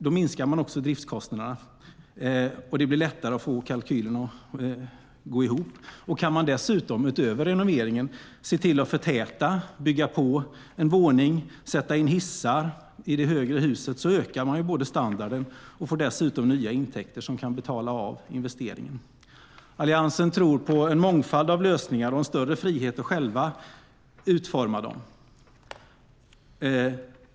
Då minskar man också driftskostnaderna, och det blir lättare att få kalkylen att gå ihop. Kan man dessutom, utöver renoveringen, se till att förtäta, bygga på en våning och sätta in hissar i det högre huset ökar man både standarden och får nya intäkter som kan betala av investeringen. Alliansen tror på en mångfald av lösningar och en större frihet att själva utforma dem.